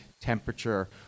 temperature